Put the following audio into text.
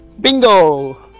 bingo